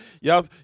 y'all